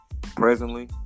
presently